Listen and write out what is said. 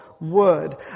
Word